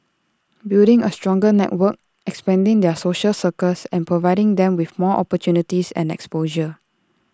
building A stronger network expanding their social circles and providing them with more opportunities and exposure